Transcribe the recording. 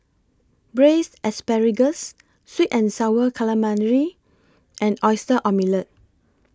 Braised Asparagus Sweet and Sour Calamari and Oyster Omelette